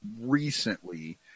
recently